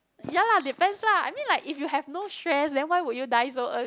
ya lah depends lah I mean like if you have no stress then why would you like die so early